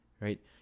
right